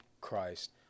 Christ